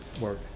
Work